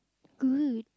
good